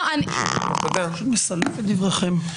הוא מסלף את דבריכם.